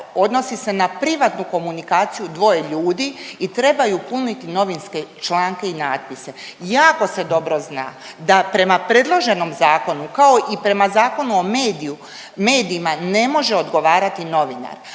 odnosi se na privatnu komunikaciju dvoje ljudi i trebaju puniti novinske članke i natpise? Jako se dobro zna da prema predloženom zakonu, kao i prema Zakonu o mediju, medijima, ne može odgovarati novinar,